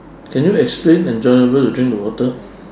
can you explain enjoyable to drink the water